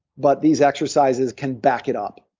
but these exercises can back it up.